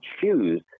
choose